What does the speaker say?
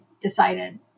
decided